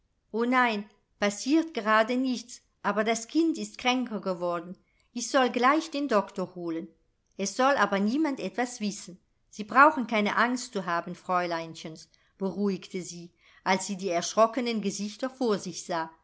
o nein passiert gerade nichts aber das kind ist kränker geworden ich soll gleich den doktor holen es soll aber niemand etwas wissen sie brauchen keine angst zu haben fräuleinchens beruhigte sie als sie die erschrockenen gesichter vor sich sah